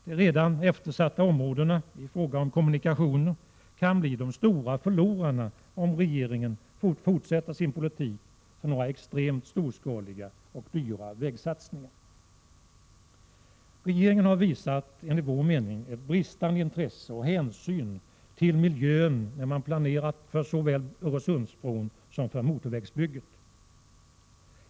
De redan eftersatta områdena —-i fråga om kommunikationer — kan bli de stora förlorarna om regeringen får fortsätta sin politik för några extremt storskaliga och dyra vägsatsningar. Regeringen har enligt vår mening visat bristande intresse och otillräcklig hänsyn beträffande miljön i planeringen av såväl Öresundsbron som motorvägsbygget vid Uddevalla.